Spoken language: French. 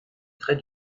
très